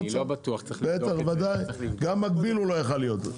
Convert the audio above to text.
אני לא בטוח, צריך לבדוק את זה.